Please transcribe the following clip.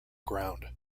ground